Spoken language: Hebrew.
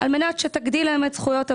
על מנת שתגדיל להם את זכויות הבנייה.